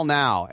now